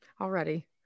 Already